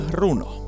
runo